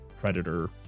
Predator